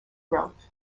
growth